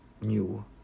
new